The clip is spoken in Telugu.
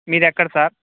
మీది ఎక్కడ సార్